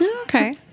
Okay